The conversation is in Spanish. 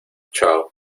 chao